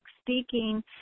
speaking